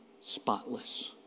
spotless